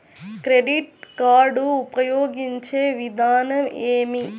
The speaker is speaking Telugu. క్రెడిట్ కార్డు ఉపయోగించే విధానం ఏమి?